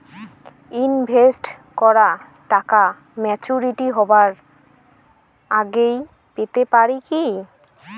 Invest করা টাকা maturity হবার আগেই পেতে পারি কি?